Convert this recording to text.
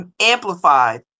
amplified